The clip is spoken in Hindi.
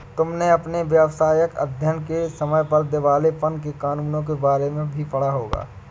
तुमने अपने व्यावसायिक अध्ययन के समय पर दिवालेपन के कानूनों के बारे में भी पढ़ा होगा